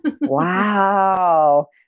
Wow